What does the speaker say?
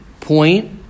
point